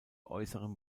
äußeren